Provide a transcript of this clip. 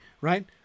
right